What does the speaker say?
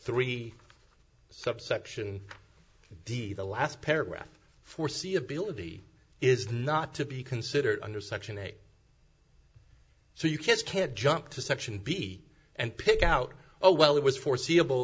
three subsection d the last paragraph foreseeability is not to be considered under section eight so you can't can't jump to section b and pick out a well that was foreseeable